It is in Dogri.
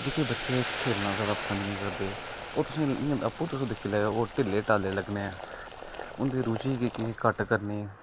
जेहके बच्चे खेलना ज्यादा पसंद नेईं करदे ओह् तुसेंगी आपूं तुस दिक्खी लेऔ ढिल्ले ढल्ले लग्गने उंदी रुची किश घट्ट करनी